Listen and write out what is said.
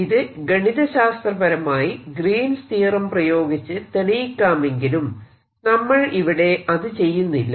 ഇത് ഗണിത ശാസ്ത്രപരമായി ഗ്രീൻസ് തിയറം Greens Theorem പ്രയോഗിച്ച് തെളിയിക്കാമെങ്കിലും നമ്മൾ ഇവിടെ അത് ചെയ്യുന്നില്ല